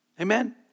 Amen